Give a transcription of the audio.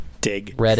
Dig